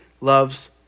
loves